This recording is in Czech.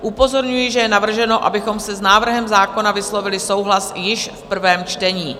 Upozorňuji, že je navrženo, abychom s návrhem zákona vyslovili souhlas již v prvém čtení.